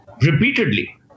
repeatedly